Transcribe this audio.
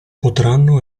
potranno